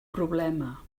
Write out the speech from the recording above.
problema